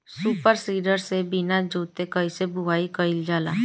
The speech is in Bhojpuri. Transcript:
सूपर सीडर से बीना जोतले कईसे बुआई कयिल जाला?